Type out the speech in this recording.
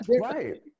Right